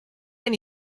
anni